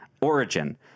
origin